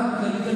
למה?